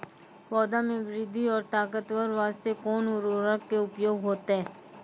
पौधा मे बृद्धि और ताकतवर बास्ते कोन उर्वरक के उपयोग होतै?